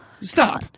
Stop